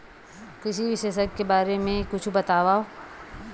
कृषि विशेषज्ञ के बारे मा कुछु बतावव?